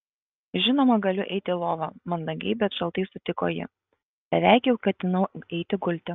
žinoma galiu eiti į lovą mandagiai bet šaltai sutiko ji beveik jau ketinau eiti gulti